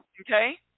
okay